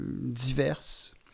diverses